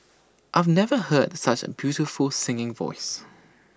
I've never heard such A beautiful singing voice